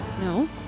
No